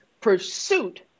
pursuit